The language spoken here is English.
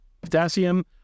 potassium